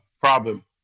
problem